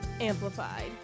amplified